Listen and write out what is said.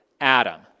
Adam